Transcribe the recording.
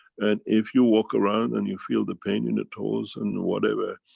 and if you walk around and you feel the pain in the toes and whatever,